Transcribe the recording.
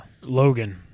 Logan